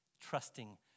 trusting